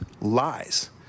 lies